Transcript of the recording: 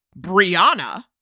Brianna